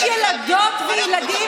יש ילדות וילדים